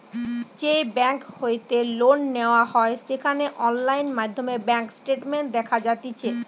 যেই বেংক হইতে লোন নেওয়া হয় সেখানে অনলাইন মাধ্যমে ব্যাঙ্ক স্টেটমেন্ট দেখা যাতিছে